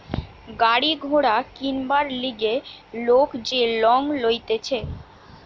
গাড়ি ঘোড়া কিনবার লিগে লোক যে লং লইতেছে